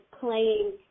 playing –